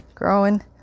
growing